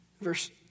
Verse